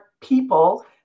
people